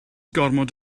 gormod